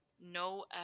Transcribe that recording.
no